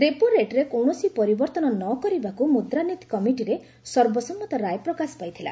ରେପୋରେଟ୍ରେ କୌଣସି ପରିବର୍ତ୍ତନ ନ କରିବାକୁ ମୁଦ୍ରାନୀତି କମିଟିରେ ସର୍ବସମ୍ମତ ରାୟ ପ୍ରକାଶ ପାଇଥିଲା